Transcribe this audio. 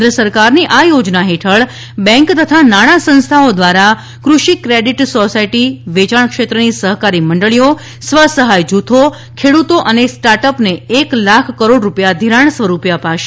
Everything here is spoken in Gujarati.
કેન્દ્ર સરકારની આ યોજના હેઠળ બેન્ક તથા નાણાં સંસ્થાઓ દ્વારા ફષિ ક્રેડિટ સોસાયટી વેચાણ ક્ષેત્રની સહકારી મંડળીઓ સ્વ સહાય જૂથો ખેડૂતો અને સ્ટાર્ટઅપને એક લાખ કરોડ રૂપિયા ઘિરાણ સ્વરૂપે અપાશે